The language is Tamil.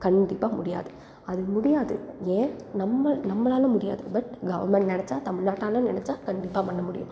கண்டிப்பாக முடியாது அது முடியாது ஏன் நம்ம நம்மளால் முடியாது பட் கவர்மெண்ட் நெனைச்சா தமிழ்நாட்டால் நினைச்சா கண்டிப்பாக பண்ண முடியும்